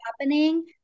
happening